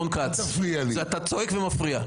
אתה צועק ומפריע.